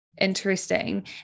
interesting